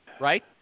right